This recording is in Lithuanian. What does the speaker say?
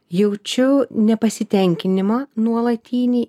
jaučiu nepasitenkinimą nuolatinį